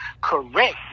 correct